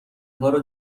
هارو